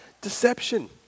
deception